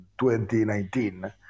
2019